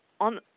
on